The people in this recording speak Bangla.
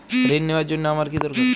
ঋণ নেওয়ার জন্য আমার কী দরকার?